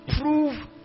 Prove